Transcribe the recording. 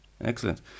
Excellent